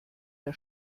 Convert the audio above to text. der